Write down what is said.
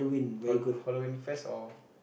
hollow~ hollow~ Halloween Fest or